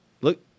Look